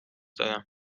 دارم